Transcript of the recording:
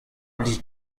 blij